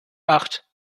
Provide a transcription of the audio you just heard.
acht